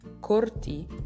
corti